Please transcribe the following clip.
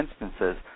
instances